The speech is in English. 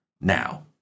now